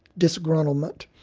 disgruntlement,